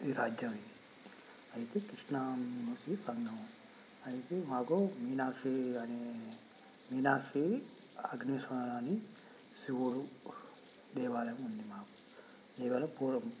రాజ్యం ఇది అయితే కృష్ణా మూసి సంగమం అయితే మాకు మీనాక్షి అనే మీనాక్షి ఆగ్నేశ్వర అని శివుడు దేవాలయం ఉంది మాకు ఇవాళ పూర్వం